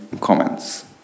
comments